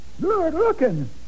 Good-looking